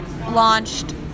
launched